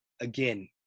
again